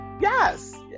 Yes